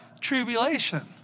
Tribulation